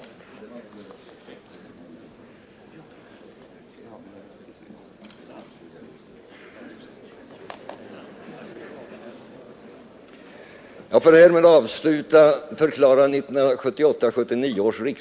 Tack!